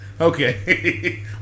Okay